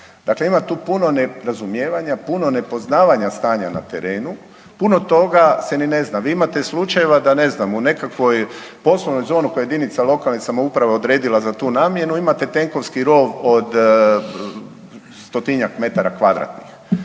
Dakle, ima tu puno nerazumijevanja, puno nepoznavanja stanja na terenu, puno toga se ni ne zna. Vi imate slučajeva da ne znam u nekakvoj poslovnoj zoni koju je jedinica lokalne samouprave odredila za tu namjenu imate tenkovski rov od 100 m2. Da bi dobili,